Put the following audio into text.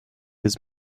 his